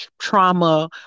trauma